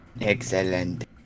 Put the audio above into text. Excellent